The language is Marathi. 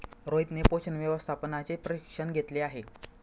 रोहितने पोषण व्यवस्थापनाचे प्रशिक्षण घेतले आहे